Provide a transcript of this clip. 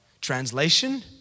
Translation